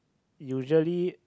usually